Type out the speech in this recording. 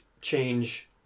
change